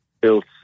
built